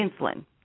insulin